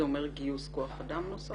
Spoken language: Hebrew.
זה אומר גיוס כוח אדם נוסף?